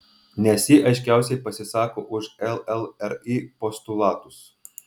nes ji aiškiausiai pasisako už llri postulatus